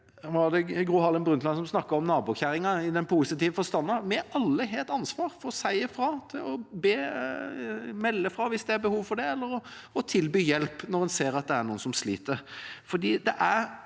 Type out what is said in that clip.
Det var vel Gro Harlem Brundtland som snakket om nabokjerringa i positiv forstand. Vi har alle et ansvar for å si fra og melde fra hvis det er behov for det, eller å tilby hjelp når en ser at det er noen som sliter.